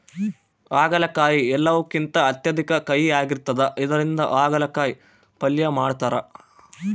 ಆಗಲಕಾಯಿ ಎಲ್ಲವುಕಿಂತ ಅತ್ಯಧಿಕ ಕಹಿಯಾಗಿರ್ತದ ಇದರಿಂದ ಅಗಲಕಾಯಿ ಪಲ್ಯ ಮಾಡತಾರ